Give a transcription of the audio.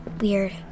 weird